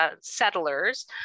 settlers